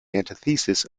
antithesis